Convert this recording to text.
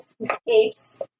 escapes